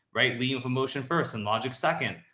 right. leaning for motion first and logic second,